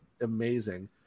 amazing